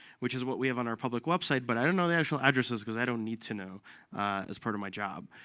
which is what we have on our public website, but i don't know the actual addresses because i don't need to know as part of my job.